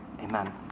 Amen